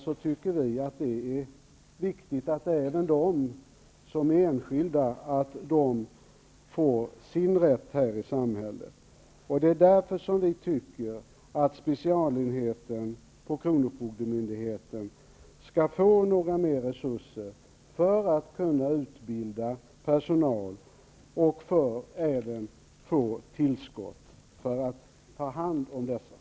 Vi tycker för vår del att det är viktigt att även enskilda personer får sin rätt här i samhället. Enligt vår mening bör därför specialindrivningsenheterna vid kronofogdemyndigheterna få större resurser för att utbilda personal och för att kunna ta hand om vinsterna.